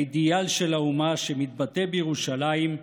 האידיאל של האומה, שמתבטא בירושלים,